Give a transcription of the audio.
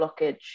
blockage